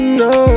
no